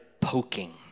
poking